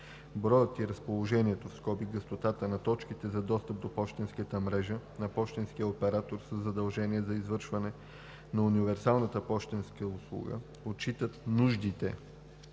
Броят и разположението (гъстотата) на точките за достъп до пощенската мрежа на пощенския оператор със задължение за извършване на универсалната пощенска услуга отчитат нуждите